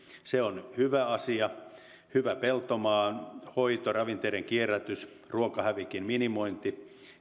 se on hyvä asia hyvä peltomaan hoito ravinteiden kierrätys ruokahävikin minimointi